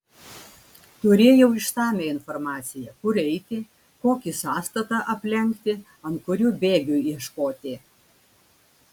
turėjau išsamią informaciją kur eiti kokį sąstatą aplenkti ant kurių bėgių ieškoti